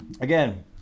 again